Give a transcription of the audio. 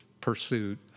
pursuit